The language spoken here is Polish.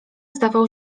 zdawał